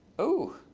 oh.